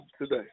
today